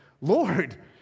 Lord